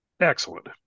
Excellent